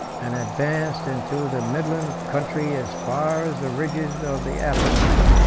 and advanced into the midland-country as far as the ridges of the apennine.